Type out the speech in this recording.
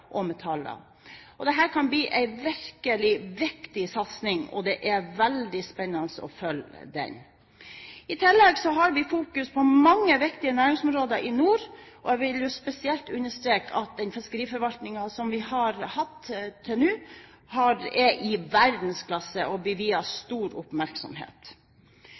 og metaller. Dette kan bli en virkelig viktig satsing, og det er veldig spennende å følge den. I tillegg har vi fokus på mange viktige næringsområder i nord, og jeg vil spesielt understreke at den fiskeriforvaltningen som vi har hatt til nå, er i verdensklasse og blir viet stor oppmerksomhet.